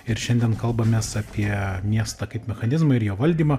ir šiandien kalbamės apie miestą kaip mechanizmą ir jo valdymą